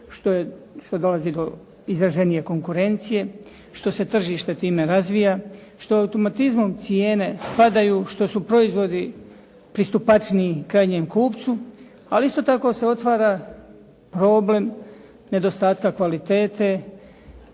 što dolazi do izraženije konkurencije, što se tržište time razvija, što automatizmom cijene padaju, što su proizvodi pristupačniji krajnjem kupcu. Ali isto tako se otvara problem nedostatka kvalitete,